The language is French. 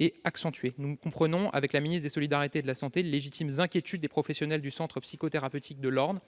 et accentués. Mme la garde des sceaux et Mme la ministre des solidarités et de la santé comprennent les légitimes inquiétudes des professionnels du centre psychothérapeutique de l'Orne.